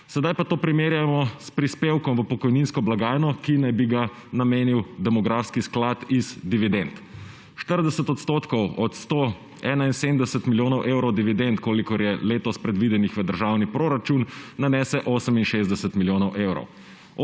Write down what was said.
Sedaj pa to primerjamo s prispevkom v pokojninsko blagajno, ki naj bi ga namenil demografski sklad iz dividend. 40 % od 171 milijonov evrov dividend, kolikor je letos predvidenih v državni proračun, nanese 68 milijonov evrov.